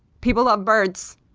people love birds!